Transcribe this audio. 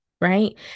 right